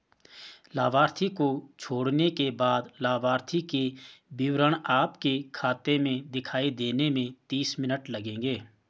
लाभार्थी को जोड़ने के बाद लाभार्थी के विवरण आपके खाते में दिखाई देने में तीस मिनट लगेंगे